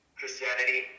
Christianity